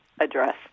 address